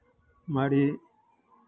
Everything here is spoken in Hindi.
हमारी